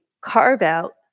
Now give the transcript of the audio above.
carve-out